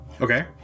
Okay